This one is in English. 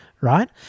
right